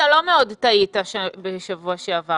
אתה לא מאוד טעית בשבוע שעבר